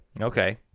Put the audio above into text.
Okay